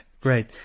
Great